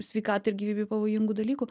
sveikatai ir gyvybei pavojingų dalykų